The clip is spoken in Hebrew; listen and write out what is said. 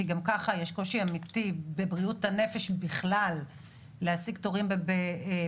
כי גם ככה יש קושי אמיתי בבריאות הנפש בכלל להשיג תורים בפריפריה.